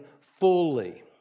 fully